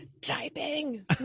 typing